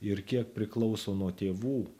ir kiek priklauso nuo tėvų